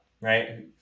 right